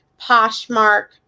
Poshmark